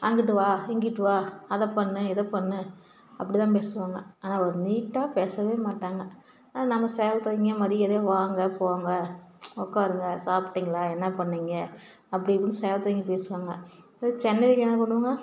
அங்குட்டு வா இங்குட்டு வா அதை பண்ணு இதை பண்ணு அப்படி தான் பேசுவாங்க ஆனால் ஒரு நீட்டாக பேசவே மாட்டாங்க ஆனால் நம்ம சேலத்தவைங்க மரியாதையாக வாங்க போங்க உட்காருங்க சாப்பிட்டீங்களா என்ன பண்ணிங்கள் அப்படி இப்படின்னு சேலத்தில்வைங்க பேசுவாங்க இதே சென்னையிலருக்கவைங்க என்ன பண்ணுவாங்க